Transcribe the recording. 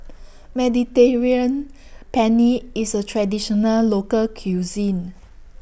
Mediterranean Penne IS A Traditional Local Cuisine